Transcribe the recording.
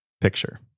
picture